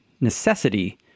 necessity